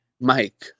Mike